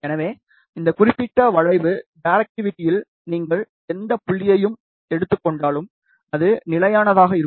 எனவே இந்த குறிப்பிட்ட வளைவு டைரக்டவிட்டில் நீங்கள் எந்த புள்ளியையும் எடுத்துக் கொண்டாலும் அது நிலையானதாக இருக்கும்